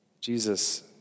Jesus